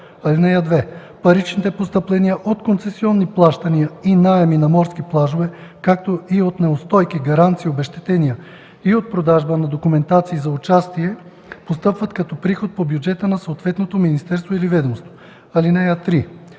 (2) Паричните постъпления от концесионни плащания и наеми на морски плажове, както и от неустойки, гаранции, обезщетения и от продажба на документации за участие постъпват като приход по бюджета на съответното министерство или ведомство. (3)